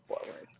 forward